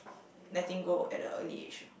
letting go at the age